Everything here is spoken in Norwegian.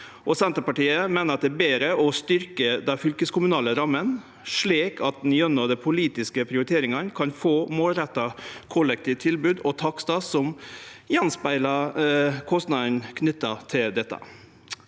Senterpartiet meiner det er betre å styrkje dei fylkeskommunale rammene, slik at ein gjennom dei politiske prioriteringane kan få målretta kollektivtilbod og takstar som speglar att kostnadane knytt til dette.